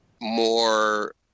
more